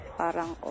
parang